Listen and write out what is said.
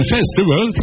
Festival